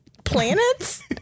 planets